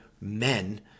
men